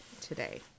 today